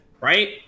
Right